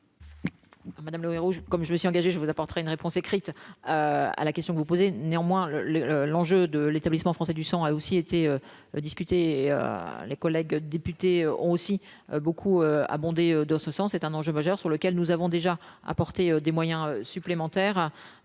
Madame Lauvergeon comme je me suis engagé je vous apportera une réponse écrite à la question que vous posez, néanmoins le le le l'enjeu de l'Établissement français du sang a aussi été discutée les collègues députés ont aussi beaucoup abondé dans ce sens est un enjeu majeur sur lequel nous avons déjà apporté des moyens supplémentaires